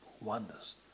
wonders